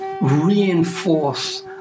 reinforce